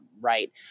right